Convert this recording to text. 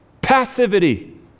passivity